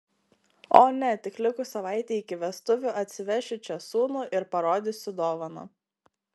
o ne tik likus savaitei iki vestuvių atsivešiu čia sūnų ir parodysiu dovaną